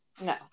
no